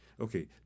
Okay